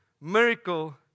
miracle